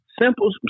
simple